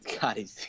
God